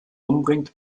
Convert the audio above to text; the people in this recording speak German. umbringt